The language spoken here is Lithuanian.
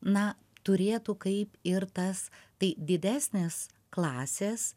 na turėtų kaip ir tas tai didesnės klasės